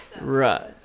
Right